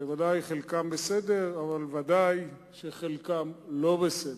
שבוודאי חלקם בסדר אבל בוודאי חלקם לא בסדר,